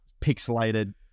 pixelated